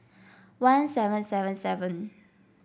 one seven seven seven